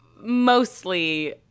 mostly